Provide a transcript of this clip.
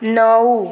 नऊ